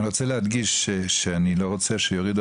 אני רוצה להדגיש שאני לא רוצה שיורידו